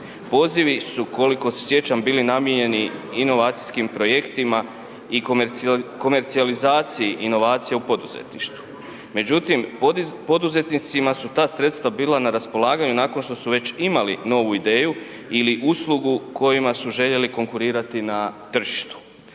Pozivi su, koliko se sjećam, bili namijenjeni inovacijskim projektima i komercijalizaciji inovacija u poduzetništvu. Međutim, poduzetnicima su ta sredstva bila na raspolaganju nakon što su već imali novu ideju ili uslugu kojima su željeli konkurirati na tržištu.